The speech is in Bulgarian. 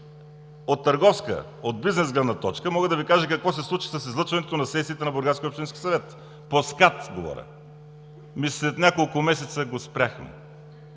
От търговска, от бизнес гледна точка, мога да Ви кажа какво се случи с излъчването на сесията на бургаския общински съвет – по СКАТ, говоря. След няколко месеца го спряхме.